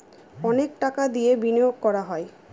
অনেক টাকা দিয়ে বিনিয়োগ করা হয়